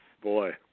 Boy